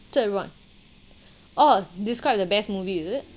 third [one] oh describe the best movie is it